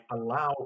allow